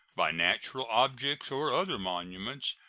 by natural objects or other monuments,